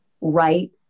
right